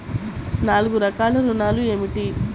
నాలుగు రకాల ఋణాలు ఏమిటీ?